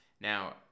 now